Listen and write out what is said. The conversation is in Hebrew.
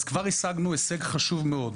אז כבר השגנו השג חשוב מאוד.